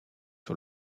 sur